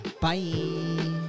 Bye